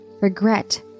regret